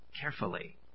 carefully